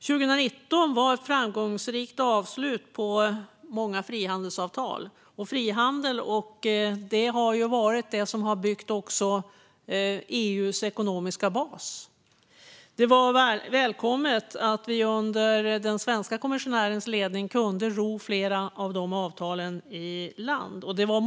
År 2019 var ett framgångsrikt avslut på många frihandelsavtal. Frihandel är det som har byggt EU:s ekonomiska bas. Det var välkommet att vi under den svenska kommissionärens ledning kunde ro flera av dessa avtal i land.